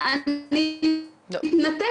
אגב גם בגילאים מאוד צעירים,